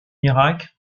irak